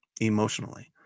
emotionally